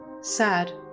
sad